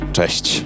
Cześć